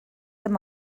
amb